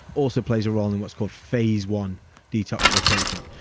also plays a role in what's called phase one detoxification.